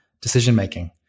decision-making